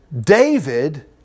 David